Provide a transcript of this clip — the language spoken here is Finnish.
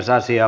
asia